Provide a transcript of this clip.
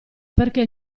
perché